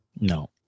No